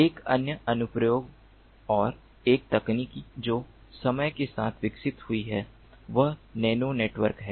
एक अन्य अनुप्रयोग और एक तकनीक जो समय के साथ विकसित हुई है वह नैनो नेटवर्क है